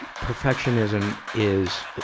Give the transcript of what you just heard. perfectionism is,